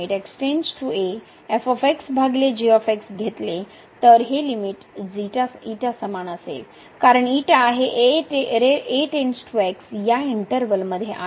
जर आपण येथे लिमिट घेतले तर ही लिमिट समान असेल कारण हे या इंटर्वल मध्ये आहे